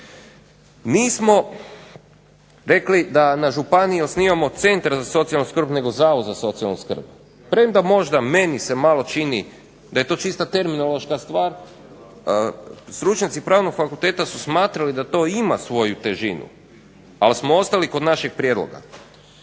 smo rekli da na županiji osnivamo Centar za socijalnu skrb nego zavod za socijalnu skrb, premda meni malo se čini da je to čista terminološka stvar, stručnjaci Pravnog fakulteta su smatrali da to ima svoju težinu ali smo ostali kod našeg prijedloga.